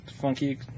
funky